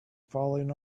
falling